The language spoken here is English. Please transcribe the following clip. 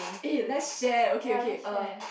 eh let's share okay okay uh